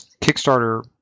Kickstarter